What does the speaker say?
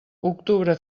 octubre